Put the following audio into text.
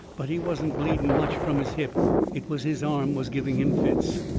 but he wasn't bleeding much from his hip it was his arm was giving him fits.